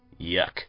Yuck